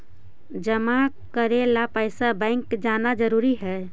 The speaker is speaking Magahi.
जमा करे ला पैसा बैंक जाना जरूरी है?